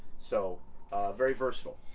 so very versatile.